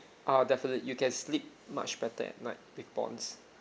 uh definitely you can sleep much better at night with bonds